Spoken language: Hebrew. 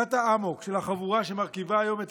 ריצת האמוק של החבורה שמרכיבה היום את